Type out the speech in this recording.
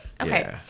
Okay